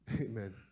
Amen